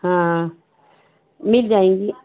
हाँ मिल जाएंगी